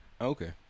Okay